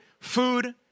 food